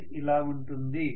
అది ఇలా ఉంటుంది